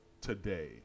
today